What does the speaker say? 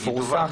יפורסם.